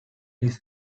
his